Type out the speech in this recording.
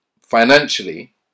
financially